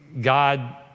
God